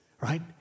right